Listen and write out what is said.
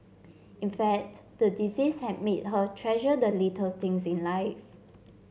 in fact the disease has made her treasure the little things in life